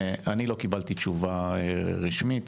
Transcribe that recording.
אני לא קיבלתי תשובה רשמית,